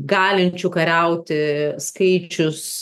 galinčių kariauti skaičius